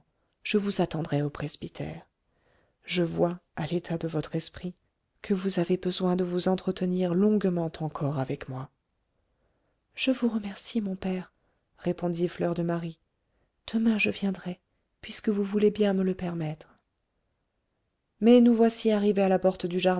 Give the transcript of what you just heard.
je vous attendrai au presbytère je vois à l'état de votre esprit que vous avez besoin de vous entretenir longuement encore avec moi je vous remercie mon père répondit fleur de marie demain je viendrai puisque vous voulez bien me le permettre mais nous voici arrivés à la porte du jardin